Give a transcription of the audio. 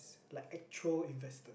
it's like actual investors